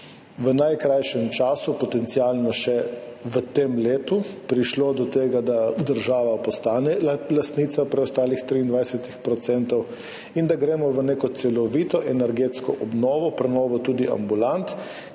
v najkrajšem času, potencialno še v tem letu, prišlo do tega, da postane država lastnica preostalih 23 % in da gremo v neko celovito energetsko obnovo, prenovo tudi ambulant,